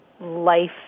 life